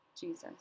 Jesus